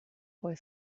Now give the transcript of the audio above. boy